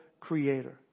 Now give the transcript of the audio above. Creator